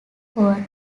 howard